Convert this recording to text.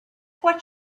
what